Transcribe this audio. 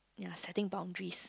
ya setting boundaries